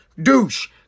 Douche